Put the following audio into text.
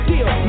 Deal